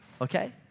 okay